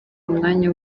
umwanya